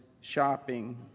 shopping